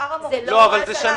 זו שנה